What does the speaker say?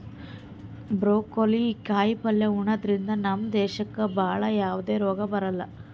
broccoli ಕಾಯಿಪಲ್ಯ ಉಣದ್ರಿಂದ ನಮ್ ದೇಹಕ್ಕ್ ಭಾಳ್ ಯಾವದೇ ರೋಗ್ ಬರಲ್ಲಾ